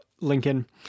Lincoln